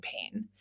pain